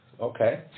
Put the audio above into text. okay